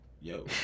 yo